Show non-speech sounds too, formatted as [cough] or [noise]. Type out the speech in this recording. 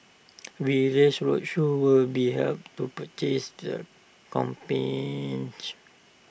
various roadshows will be held to [unintelligible] their campaign [noise]